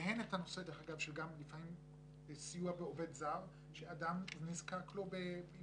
הן את הנושא של סיוע בעובד זר שאדם נזקק לו אם